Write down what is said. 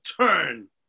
turn